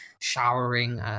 showering